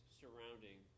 surrounding